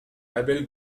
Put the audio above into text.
abel